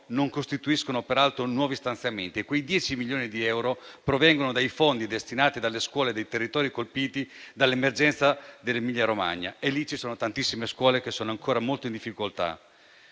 non costituiscono peraltro nuovi stanziamenti e quei 10 milioni di euro provengono dai fondi destinati alle scuole dei territori colpiti dall'emergenza dell'Emilia Romagna. Lì ci sono tantissime scuole che sono ancora molto in difficoltà.